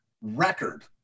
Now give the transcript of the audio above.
record